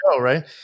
right